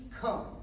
come